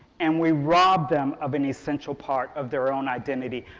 and we rob them of an essential part of their own identity.